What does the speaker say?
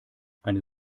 eine